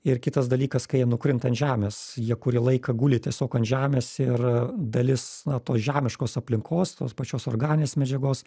ir kitas dalykas kai jie nukrinta ant žemės jie kurį laiką guli tiesiog ant žemės ir dalis na tos žemiškos aplinkos tos pačios organinės medžiagos